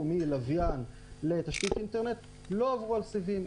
מלוויין לתשתית אינטרנט לא עברו על סיבים.